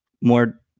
more